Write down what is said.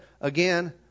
again